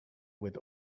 with